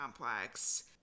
complex